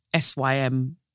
SYM